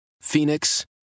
Phoenix